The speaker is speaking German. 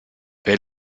wer